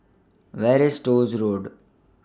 Where IS Stores Road